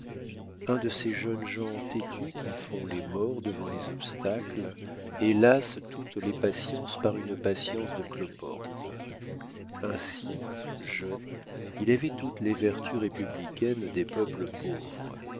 un de ces jeunes gens têtus qui font les morts devant les obstacles et lassent toutes les patiences par une patience de cloporte ainsi jeune il avait toutes les vertus républicaines des peuples pauvres